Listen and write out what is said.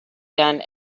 done